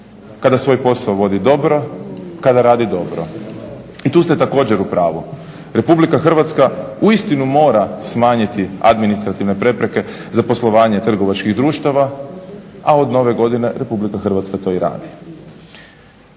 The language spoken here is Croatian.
kada svoj posao vodi dobro, kada radi dobro. I tu ste također u pravu. Republika Hrvatska uistinu mora smanjiti administrativne prepreke za poslovanje trgovačkih društava, a od nove godine RH to i radi.